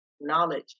knowledge